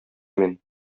мин